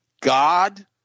God